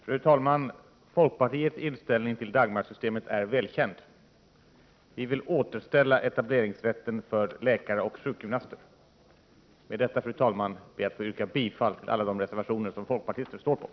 Fru talman! Folkpartiets inställning till Dagmarsystemet är välkänd. Vi vill återställa rätten till etablering för läkare och sjukgymnaster. Fru talman! Med detta ber jag att få yrka bifall till alla de reservationer som folkpartiet står bakom.